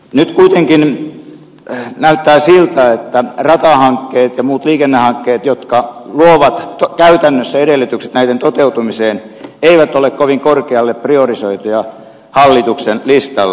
nyt kuitenkin näyttää siltä että ratahankkeet ja muut liikennehankkeet jotka luovat käytännössä edellytykset näiden toteutumiseen eivät ole kovin korkealle priorisoituja hallituksen listalla